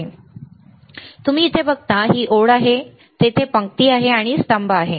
आता इथे तुम्ही बघता ही ओळ तेथे पंक्ती आहेत आणि स्तंभ आहेत